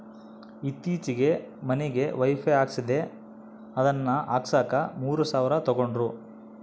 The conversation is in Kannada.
ಈತ್ತೀಚೆಗೆ ಮನಿಗೆ ವೈಫೈ ಹಾಕಿಸ್ದೆ ಅದನ್ನ ಹಾಕ್ಸಕ ಮೂರು ಸಾವಿರ ತಂಗಡ್ರು